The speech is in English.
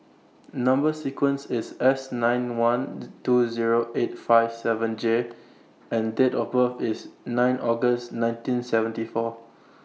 Number sequence IS S nine one two Zero eight five seven J and Date of birth IS nine August nineteen seventy four